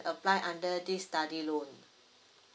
apply under this study loan